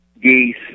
geese